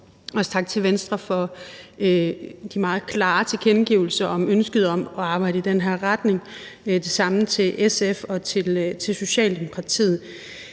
Også tak til Venstre for de meget klare tilkendegivelser af ønsket om at arbejde i den her retning, og det samme siger jeg til SF og til Socialdemokratiet.